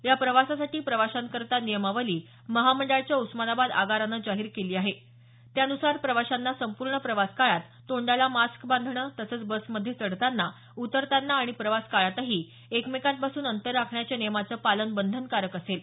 या प्रवासासाठी प्रवाशांकरता नियमावली महामंडळाच्या उस्मानाबाद आगारानं जाहीर केली आहे त्यानुसार प्रवाशांना संपूर्ण प्रवास काळात तोंडाला मास्क बांधणं तसंच बसमध्ये चढताना उतरताना आणि प्रवास काळातही एकमेकांपासून अंतर राखण्याच्या नियमाचं पालन बंधनकारक असेल